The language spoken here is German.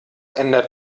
ändert